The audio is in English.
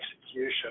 execution